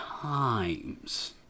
times